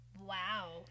Wow